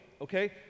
Okay